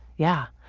yeah,